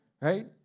right